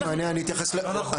יש מענה, אני אתייחס לזה בהמשך.